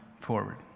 forward